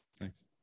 Thanks